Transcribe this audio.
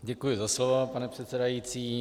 Děkuji za slovo, pane předsedající.